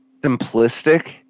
simplistic